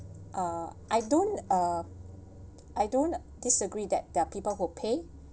uh I don't uh I don't disagree that there are people who pay